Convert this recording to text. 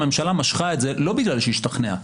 הממשלה משכה את זה לא בגלל שהיא השתכנעה,